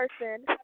person